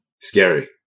Scary